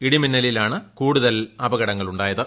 ഇടിമിന്നലിലാണ് കൂടുതൽ അപകടങ്ങൾ ഉണ്ടായത്